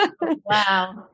Wow